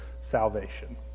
salvation